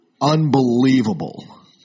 Unbelievable